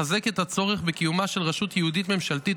מחזק את הצורך בקיומה של רשות ייעודית ממשלתית